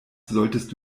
solltest